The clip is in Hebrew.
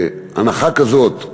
שהנחה כזאת,